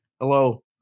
Hello